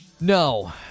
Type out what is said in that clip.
no